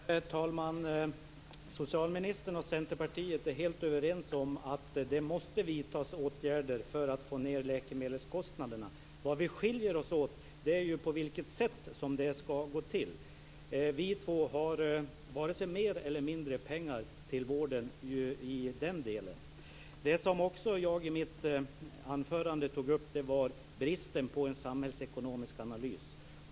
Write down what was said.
Herr talman! Socialministern och Centerpartiet är helt överens om att det måste vidtas åtgärder för att få ned läkemedelskostnaderna. Var vi skiljer oss åt är på vilket sätt som det skall gå till. Vi två har varken mer eller mindre pengar till vården i den delen. Det som också jag i mitt anförande tog upp var bristen på en samhällsekonomisk analys.